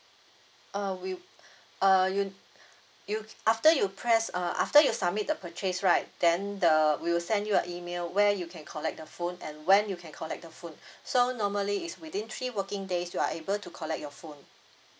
uh we uh you you after you press uh after you submit the purchase right then the we will send you a email where you can collect the phone and when you can collect the phone so normally is within three working days you are able to collect your phone